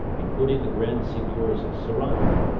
including the grand seignior's seraglio.